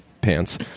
pants